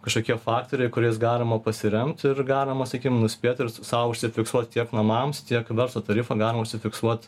kažkokie faktoriai kuriais galima pasiremt ir galima sakykim nuspėt ir sau užsifiksuot tiek namams tiek verslo tarifą galima užfiksuot